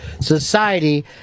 Society